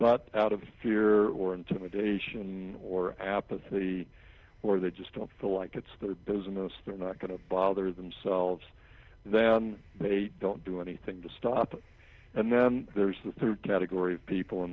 but out of fear or intimidation or apathy or they just don't feel like it's their business they're not going to bother themselves then they don't do anything to stop and then there's the third category of people